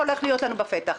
שהולך להיות לנו בפתח.